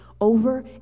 over